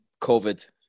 COVID